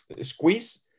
squeeze